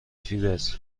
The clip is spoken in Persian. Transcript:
فیبز